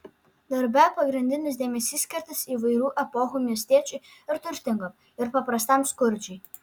darbe pagrindinis dėmesys skirtas įvairių epochų miestiečiui ir turtingam ir paprastam skurdžiui